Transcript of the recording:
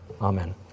Amen